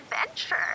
adventure